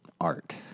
art